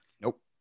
nope